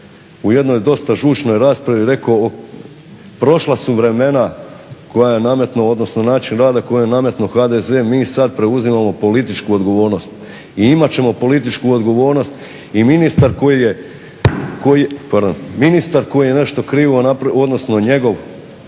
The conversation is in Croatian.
u jednoj dosta žučnoj raspravi rekao prošla su vremena koja je nametnuo, odnosno način rada koji je nametnuo HDZ, mi sad preuzimamo političku odgovornost i imat ćemo političku odgovornost i ministar koji je nešto krivo napravio, odnosno njegov